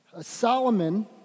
Solomon